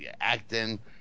acting